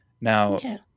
Now